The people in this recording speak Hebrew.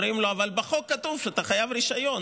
ואומרים לו: אבל בחוק כתוב שאתה חייב רישיון.